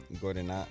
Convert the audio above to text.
Gordon